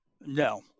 No